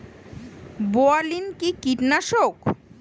বায়োলিন কি কীটনাশক?